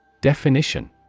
Definition